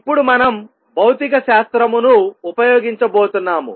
ఇప్పుడు మనం భౌతిక శాస్త్రామును ఉపయోగించబోతున్నాము